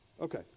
Okay